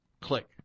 click